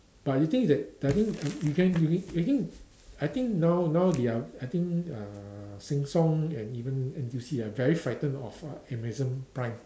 but you think is that I think you you think I think now now they are I think uh Sheng-Siong and even N_T_U_C are very frightened of uh Amazon prime